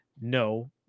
No